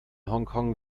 hongkong